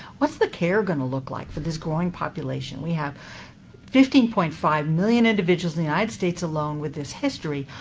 what's the care going to look like for this growing population? we have fifteen point five million individuals in the united states alone with this history,